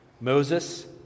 Moses